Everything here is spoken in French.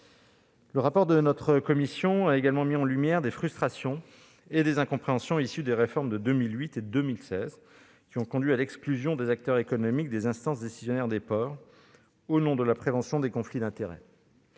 Le rapport de notre commission a également mis en lumière des frustrations et des incompréhensions issues des réformes de 2008 et 2016, qui ont conduit à l'exclusion des acteurs économiques des instances décisionnaires des ports, au nom de la prévention des conflits d'intérêts.